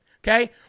Okay